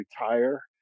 retire